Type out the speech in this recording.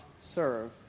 serve